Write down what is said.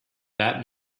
that